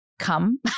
come